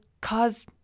cause